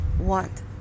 want